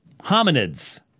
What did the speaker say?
hominids